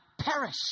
perish